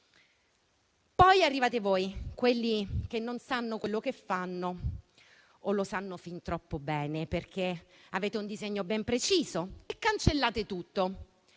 Poi arrivate voi, quelli che non sanno quello che fanno o lo sanno fin troppo bene, perché avete un disegno ben preciso e cancellate tutto.